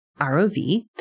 ROV